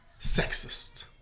Sexist